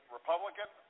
Republican